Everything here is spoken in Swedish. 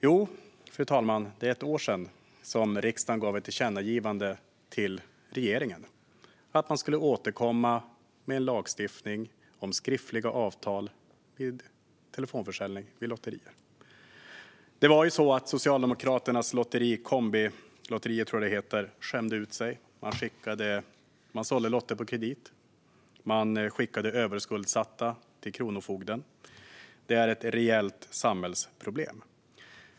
Jo, det är ett år sedan som riksdagen gjorde ett tillkännagivande till regeringen om att återkomma med förslag till lagstiftning om skriftliga avtal vid telefonförsäljning vid lotterier. Det var ju så att Socialdemokraternas lotteri, Kombilotteriet, skämde ut sig. Man sålde lotter på kredit, och man skickade överskuldsatta till Kronofogden. Det är ett reellt samhällsproblem.